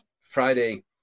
friday